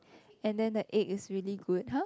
and then the egg is really good !huh!